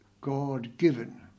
God-given